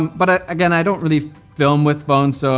but again, i don't really film with phones, so,